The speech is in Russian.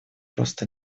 просто